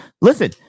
Listen